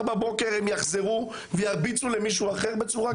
בבוקר הם יחזרו וירביצו למישהו אחר בצורה כזו?